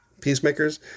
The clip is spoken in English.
Peacemakers